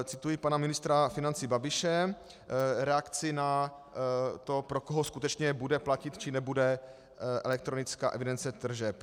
Cituji pana ministra financí Babiše, reakci na to, pro koho skutečně bude platit, či nebude elektronická evidence tržeb.